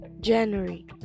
January